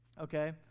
okay